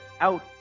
OUT